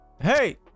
Hey